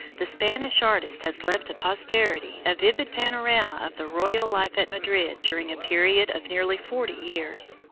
the spanish artist has left to posterity a vivid panorama of the royal life at madrid during a period of nearly forty years.